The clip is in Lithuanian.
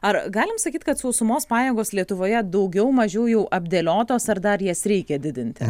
ar galim sakyt kad sausumos pajėgos lietuvoje daugiau mažiau jau apdėliotos ar dar jas reikia didinti